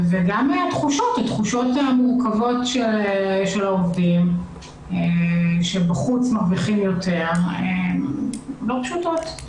גם התחושות המורכבות של העובדים שבחוץ מרוויחים יותר הן לא פשוטות.